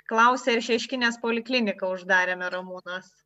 klausė ar šeškinės polikliniką uždarėme ramūnas